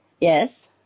yes